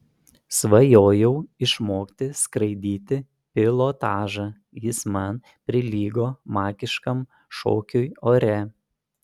svajojau išmokti skraidyti pilotažą jis man prilygo magiškam šokiui ore